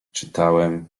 czytałem